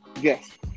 Yes